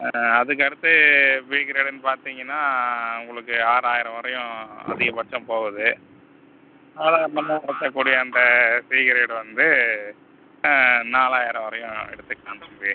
அதுக்கடுத்து பி கிரேடுன்னு பார்த்திங்கன்னா உங்களுக்கு ஆறாயிரம் வரையும் அதிகபட்சம் போகுது ஆனால் நம்ம எடுக்கக்கூடிய அந்த பி கிரேடு வந்து நாலாயிரம் வரையும் எடுத்துக்கலாம் தம்பி